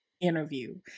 interview